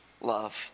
love